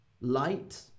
Light